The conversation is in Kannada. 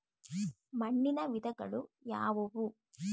ಮಣ್ಣಿನ ವಿಧಗಳು ಯಾವುವು?